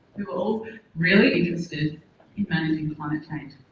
who were all really interested in managing climate change.